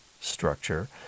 structure